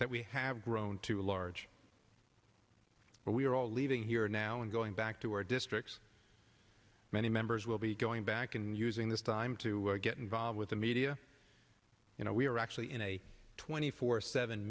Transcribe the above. that we have grown too large but we are all leaving here now and going back to our districts many members will be going back and using this time to get involved with the media you know we are actually in a twenty four seven